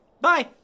Bye